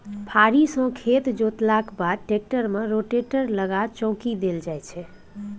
फारी सँ खेत जोतलाक बाद टेक्टर मे रोटेटर लगा चौकी देल जाइ छै